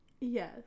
Yes